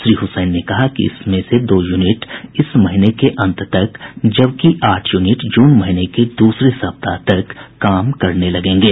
श्री हुसैन ने कहा कि इस में दो यूनिट इस महीने के अंत तक जबकि आठ यूनिट जून महीने के दूसरे सप्ताह तक काम करने लगेंगे